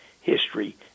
history